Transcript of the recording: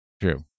True